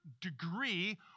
degree